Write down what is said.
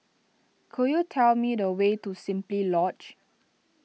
could you tell me the way to Simply Lodge